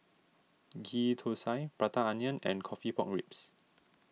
Ghee Thosai Prata Onion and Coffee Pork Ribs